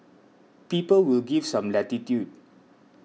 people will give some latitude